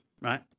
right